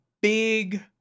big